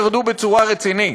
ירדו בצורה רצינית.